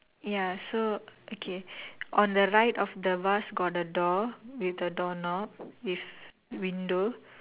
ya so okay on the right of the vase got a door with a door knob with window